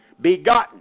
Begotten